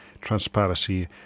transparency